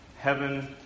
heaven